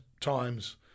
times